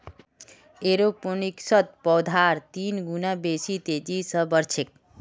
एरोपोनिक्सत पौधार तीन गुना बेसी तेजी स बढ़ छेक